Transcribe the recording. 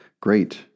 Great